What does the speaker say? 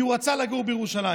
כי הוא רצה לגור בירושלים.